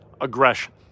aggression